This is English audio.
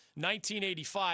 1985